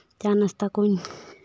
ᱪᱟ ᱱᱟᱥᱛᱟ ᱠᱚ ᱧ